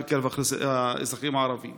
ממשלה רחבה בישראל סוף-סוף ולא נידרדר לבחירות